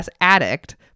Addict